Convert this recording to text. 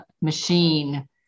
machine